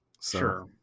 Sure